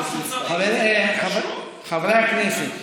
חברי הכנסת,